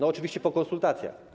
Oczywiście po konsultacjach.